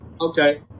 Okay